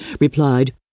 replied